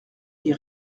est